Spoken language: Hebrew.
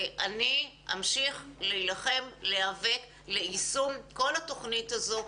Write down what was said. אני אמשיך להילחם ולהיאבק ליישום כל התוכנית הזו,